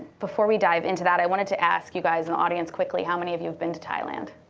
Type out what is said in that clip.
before we dive into that, i wanted to ask you guys in the audience quickly, how many of you have been to thailand?